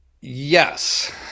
Yes